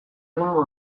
egingo